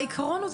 העיקרון,